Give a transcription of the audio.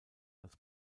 als